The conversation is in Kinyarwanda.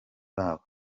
babo